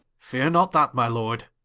feare not that, my lord